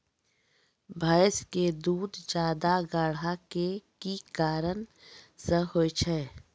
भैंस के दूध ज्यादा गाढ़ा के कि कारण से होय छै?